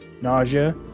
nausea